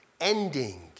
ending